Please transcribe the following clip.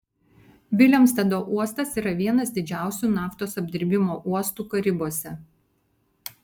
vilemstado uostas yra vienas didžiausių naftos apdirbimo uostų karibuose